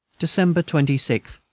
december twenty six.